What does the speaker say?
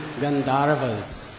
Gandharvas